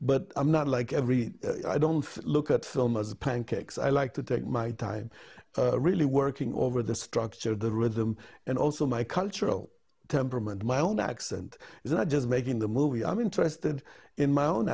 but i'm not like every i don't look at film as pancakes i like to take my time really working over the structure of the rhythm and also my cultural temperament my own accent is not just making the movie i'm interested in my own